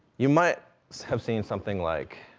you might have seen something like,